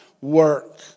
work